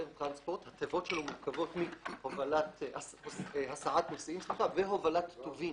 שהתיבות שלו מורכבות מהסעת נוסעים והובלת טובין,